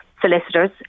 solicitors